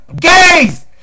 gays